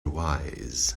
wise